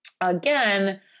again